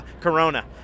Corona